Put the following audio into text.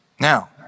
now